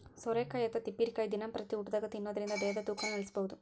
ಸೋರೆಕಾಯಿ ಅಥವಾ ತಿಪ್ಪಿರಿಕಾಯಿ ದಿನಂಪ್ರತಿ ಊಟದಾಗ ತಿನ್ನೋದರಿಂದ ದೇಹದ ತೂಕನು ಇಳಿಸಬಹುದು